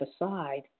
aside